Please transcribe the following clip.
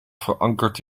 verankerd